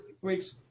weeks